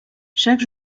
chaque